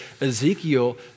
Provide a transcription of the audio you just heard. Ezekiel